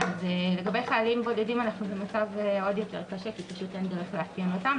לגבי חיילים בודדים אנחנו במצב עוד יותר קשה כי אין דרך לאפיין אותם.